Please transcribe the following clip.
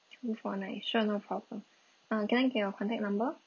two four nine sure no problem uh can I get your contact number